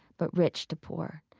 but rich to poor.